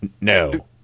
no